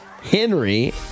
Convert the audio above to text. Henry